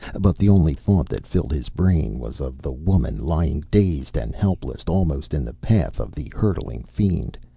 but the only thought that filled his brain was of the woman lying dazed and helpless almost in the path of the hurtling fiend,